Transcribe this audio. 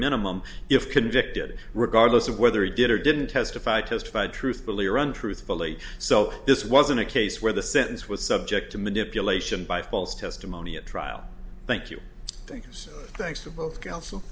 minimum if convicted regardless of whether he did or didn't testify testified truthfully or untruthfully so this wasn't a case where the sentence was subject to manipulation by false testimony at trial thank you thank you so thanks to both counsel